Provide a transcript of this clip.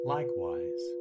Likewise